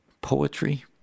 poetry